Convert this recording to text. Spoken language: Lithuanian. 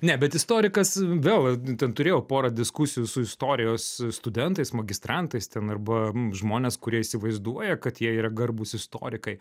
ne bet istorikas vėl ten turėjau porą diskusijų su istorijos studentais magistrantais ten arba žmonės kurie įsivaizduoja kad jie yra garbūs istorikai